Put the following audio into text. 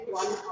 one